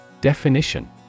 Definition